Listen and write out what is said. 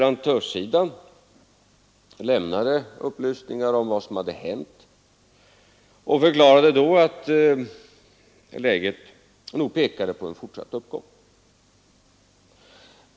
Man lämnade från leverantörshåll upplysningar om vad som hade hänt och förklarade att läget nog pekade på en fortsatt uppgång.